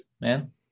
man